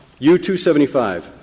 U275